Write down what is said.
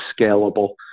scalable